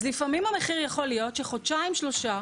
אז לפעמים המחיר יכול להיות שחודשיים, שלושה